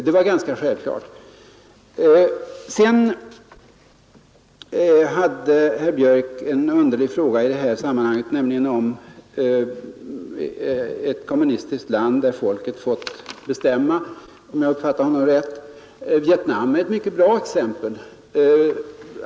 Herr Björck ställde en underlig fråga i det här sammanhanget, nämligen om det fanns något kommunistiskt land där folket självt fått bestämma, om jag uppfattade honom rätt. Vietnam är ett mycket bra exempel.